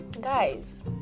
guys